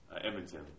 Edmonton